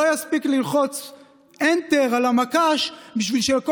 לא יספיק ללחוץ enter על המקש בשביל שלכל